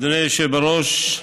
אדוני היושב-ראש,